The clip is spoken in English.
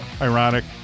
ironic